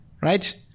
right